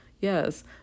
yes